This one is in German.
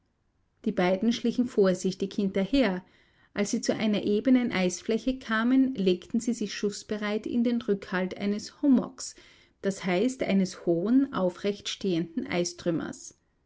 die beiden schlichen vorsichtig hinterher als sie zu einer ebenen eisfläche kamen legten sie sich schußbereit in den rückhalt eines hummocks d h eines großen aufrechtstehenden eistrümmers